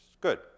Good